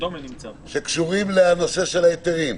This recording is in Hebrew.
הקשורים לנושא ההיתרים?